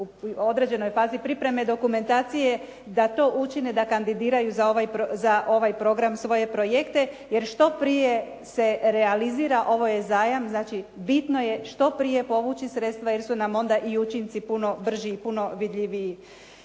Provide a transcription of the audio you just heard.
u određenoj fazi pripreme dokumentacije, da to učine, da kandidiraju za ovaj program svoje projekte jer što prije se realizira, ovo je zajam, znači bitno je što prije povući sredstva jer su nam onda i učinci puno brži i puno vidljiviji.